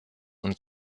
und